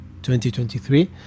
2023